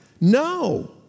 No